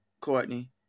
courtney